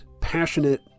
passionate